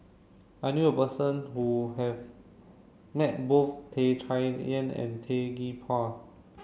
I knew a person who has met both Tan Chay Yan and Tan Gee Paw